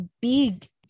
big